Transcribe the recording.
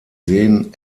seen